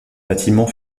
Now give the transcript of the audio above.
bâtiment